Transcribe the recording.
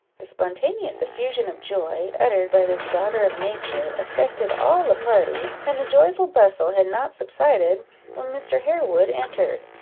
the spontaneous effusion of joy, uttered by this daughter of nature, affected all the party, and the joyful bustle had not subsided when mr. harewood entered.